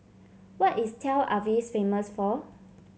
what is Tel Aviv famous for